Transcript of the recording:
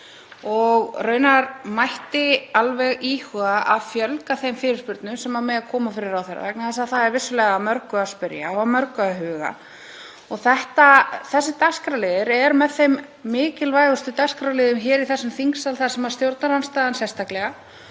Og raunar mætti alveg íhuga að fjölga þeim fyrirspurnum sem mega koma fyrir ráðherra vegna þess að það er vissulega að mörgu að spyrja og að mörgu að huga. Þessi dagskrárliður er með mikilvægustu dagskrárliðum hér í þessum þingsal þar sem stjórnarandstaðan sérstaklega,